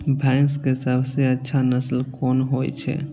भैंस के सबसे अच्छा नस्ल कोन होय छे?